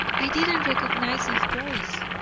i didn't recognise his voice.